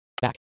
Back